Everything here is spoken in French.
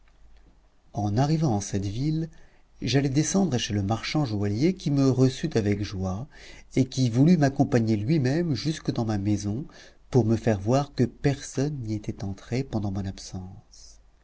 en arrivant en cette ville j'allai descendre chez le marchand joaillier qui me reçut avec joie et qui voulut m'accompagner luimême jusque dans ma maison pour me faire voir que personne n'y était entré pendant mon absence